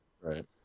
Right